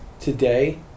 today